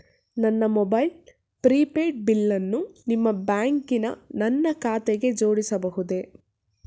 ನನ್ನ mobile prepaid ಬಿಲ್ಲನ್ನು ನಿಮ್ಮ ಬ್ಯಾಂಕಿನ ನನ್ನ ಖಾತೆಗೆ ಜೋಡಿಸಬಹುದೇ?